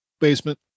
basement